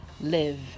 live